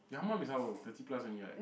your mum is how old thirty plus only right